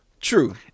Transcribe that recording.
True